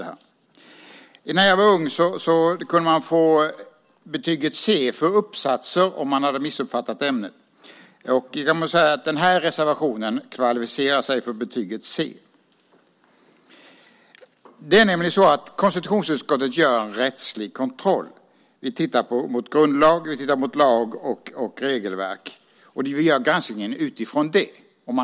När jag var ung kunde man få betyget C om man hade missuppfattat ämnet i en uppsats. Den här reservationen kvalificerar sig för betyget C. Konstitutionsutskottet gör en rättslig kontroll. Vi tittar på grundlag, lag och regelverk. Granskningen görs utifrån det.